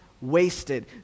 wasted